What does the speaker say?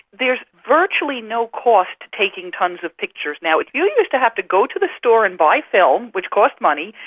there is virtually no cost to taking tonnes of pictures. now, if you used to have to go to the store and buy film, which cost money,